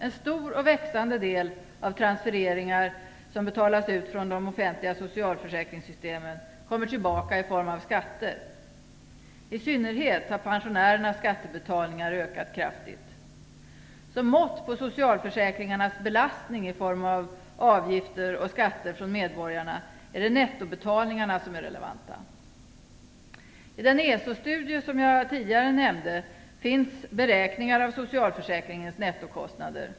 En stor och växande del av transfereringar som betalas ut från de offentliga socialförsäkringssystemen kommer tillbaka i form av skatter. I synnerhet har pensionärernas skattebetalningar ökat kraftigt. Som mått på socialförsäkringarnas belastning i form av skatter och avgifter från medborgarna är det nettobetalningarna som är relevanta. I den ESA-studie jag tidigare nämnde finns beräkningar av socialförsäkringens nettokostnader.